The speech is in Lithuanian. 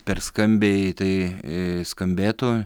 per skambiai tai skambėtų